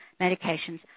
medications